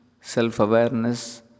self-awareness